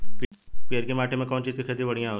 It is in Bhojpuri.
पियरकी माटी मे कउना चीज़ के खेती बढ़ियां होई?